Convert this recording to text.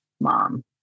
mom